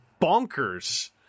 bonkers